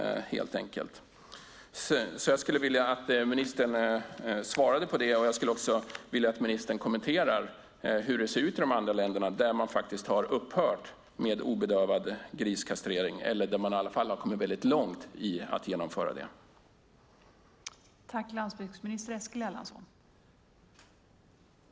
Jag skulle vilja att ministern svarar på min fråga och att han kommenterar hur det ser ut i andra länder som har upphört med obedövad griskastrering eller i alla fall har kommit väldigt långt i genomförandet av det.